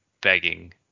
begging